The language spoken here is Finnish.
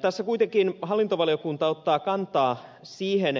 tässä kuitenkin hallintovaliokunta ottaa kantaa siihen